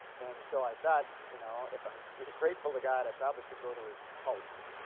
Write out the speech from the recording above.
and so i thought you know if i'm really grateful to god, i probably should go to his house.